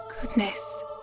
Goodness